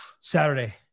Saturday